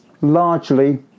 largely